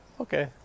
okay